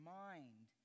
mind